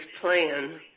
plan